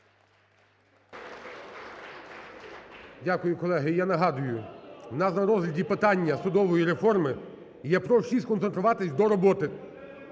Дякую, колеги. Я нагадую, в нас на розгляді питання судової реформи. І я прошу всіх сконцентруватись до роботи.